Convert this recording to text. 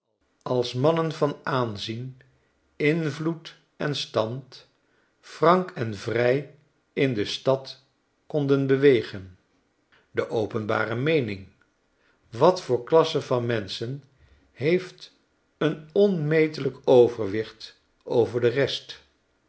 als mannen van aanzien invloed en stand frank en vrij in de stad konden bewegen de openbare meening wat voor klasse van menschen heeft een onmetelijk overwicht over de rest